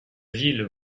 ville